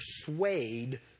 persuade